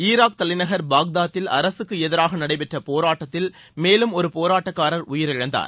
Iraq தலைநகர் பாக்தாதில் அரசுக்கு எதிராக நடைபெற்ற போராட்டத்தில் மேலும் ஒரு போராட்டக்காரர் உயிரிழந்தார்